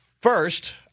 First